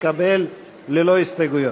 התקבל ללא הסתייגויות,